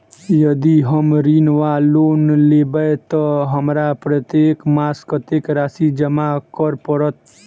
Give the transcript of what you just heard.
यदि हम ऋण वा लोन लेबै तऽ हमरा प्रत्येक मास कत्तेक राशि जमा करऽ पड़त?